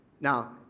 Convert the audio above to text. Now